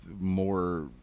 more